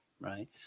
right